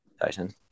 Tyson